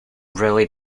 really